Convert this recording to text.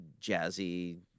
jazzy